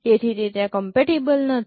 તેથી તે ત્યાં કમ્પેટિબલ નથી